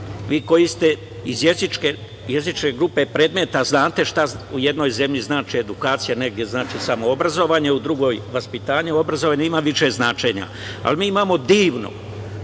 Vi koji ste iz jezičke grupe predmeta znate šta u jednoj zemlji znači edukacija, negde znači samo obrazovanje, a u drugoj vaspitanje i obrazovanje, ima više značenja. Ali, mi imamo divan